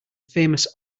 famous